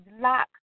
lock